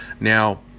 Now